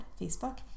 Facebook